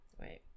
Right